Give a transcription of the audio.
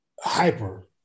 hyper